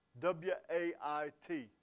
W-A-I-T